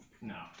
No